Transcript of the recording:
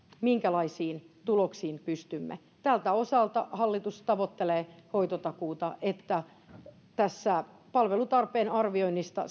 minkälaisiin tuloksiin pystymme tältä osalta hallitus tavoittelee sellaista hoitotakuuta että palvelutarpeen arvioinnista